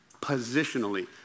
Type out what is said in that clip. Positionally